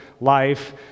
life